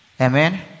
Amen